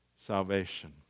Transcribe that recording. salvation